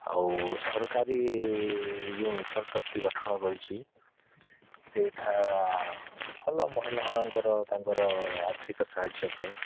ଆଉ ସରକାରୀ ଯେଉଁ ମିଶନ୍ ଶକ୍ତି ଗଠନ କରିଛି ସେଇଠା ଭଲ ମହିଲାମାନଙ୍କର ତାଙ୍କର ଆର୍ଥିକ ସାହାଯ୍ୟ ପାଇଁ